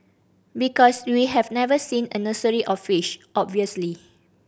because we have never seen a nursery of fish obviously